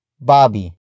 bobby